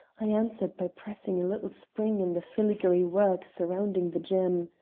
i answered by pressing a little spring in the filigree-work surrounding the gem.